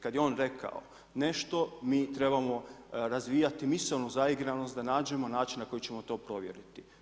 Kad je on rekao nešto, mi trebamo razvijati misaonu razigranost da nađemo način na koji ćemo to provjeriti.